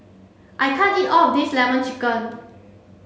I can't eat all of this lemon chicken